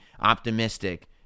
optimistic